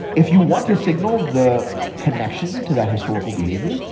if you want to signal the connection to that historical behavior,